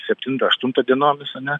septintą aštuną dienomis ane